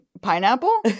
Pineapple